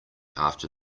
after